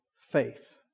faith